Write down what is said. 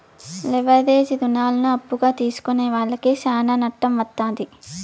leverage రుణాలను అప్పుగా తీసుకునే వాళ్లకి శ్యానా నట్టం వత్తాది